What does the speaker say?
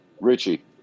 Richie